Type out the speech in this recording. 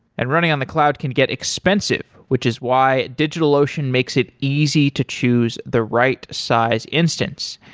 and running on the cloud can get expensive, which is why digitalocean makes it easy to choose the right size instance.